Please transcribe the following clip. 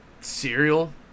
Cereal